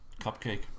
Cupcake